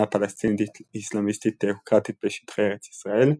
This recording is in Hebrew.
פלסטינית אסלאמית תאוקרטית בשטחי ארץ ישראל,